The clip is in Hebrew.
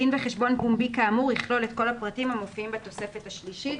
דין וחשבון פומבי כאמור יכלול את ל הפרטים המופיעים בתוספת השלישית.